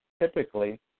Typically